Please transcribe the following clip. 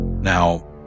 Now